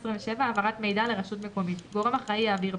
העברת מידע לרשות מקומית 27. גורם אחראי יעביר,